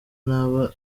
ntaba